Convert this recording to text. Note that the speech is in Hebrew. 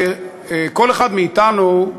כל אחד מאתנו,